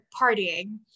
partying